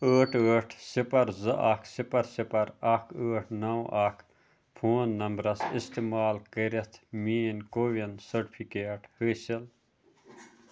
ٲٹھ ٲٹھ صِفر زٕ اکھ صِفر صِفر اکھ ٲٹھ نو اکھ فون نمبرَس استعمال کٔرِتھ میٛٲنۍ کووِن سٔٹِفکیٹ حٲصِل